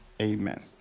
Amen